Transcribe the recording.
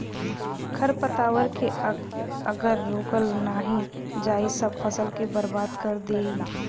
खरपतवार के अगर रोकल नाही जाई सब फसल के बर्बाद कर देई